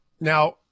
Now